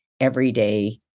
everyday